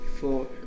four